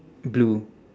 blue